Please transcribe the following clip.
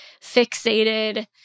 fixated